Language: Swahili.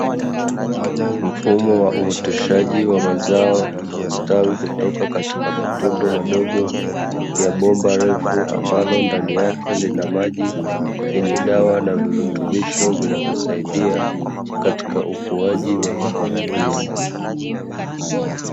Mfumo wa uoteshaji wa mazao unaostawi kutoka katika matundu madogo ya bomba refu ambalo ndani yake linamaji yenye dawa na virutubisho vinavyosaidia katika ukuaji wa mimea hiyo.